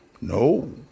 No